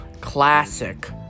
Classic